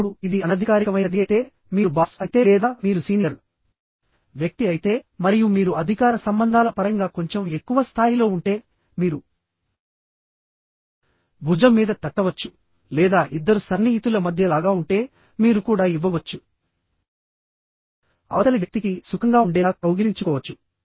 ఇప్పుడు ఇది అనధికారికమైనది అయితే మీరు బాస్ అయితే లేదా మీరు సీనియర్ వ్యక్తి అయితే మరియు మీరు అధికార సంబంధాల పరంగా కొంచెం ఎక్కువ స్థాయిలో ఉంటే మీరు భుజం మీద తట్టవచ్చు లేదా ఇద్దరు సన్నిహితుల మధ్య లాగా ఉంటే మీరు కూడా ఇవ్వవచ్చు అవతలి వ్యక్తికి సుఖంగా ఉండేలా కౌగిలించుకోవచ్చు